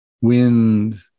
wind